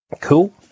Cool